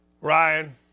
Ryan